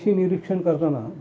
पक्षी निरीक्षण करताना